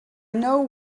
know